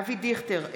אבי דיכטר,